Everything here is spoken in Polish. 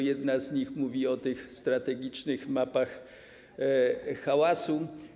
Jedna z nich mówi o tych strategicznych mapach hałasu.